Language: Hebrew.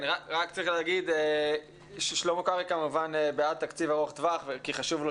רק צריך להגיד ששלמה קרעי כמובן בעד תקציב ארוך טווח כי חשוב לו